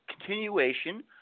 continuation